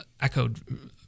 echoed